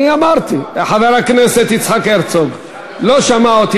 אני אמרתי, חבר הכנסת יצחק הרצוג, לא שמע אותי.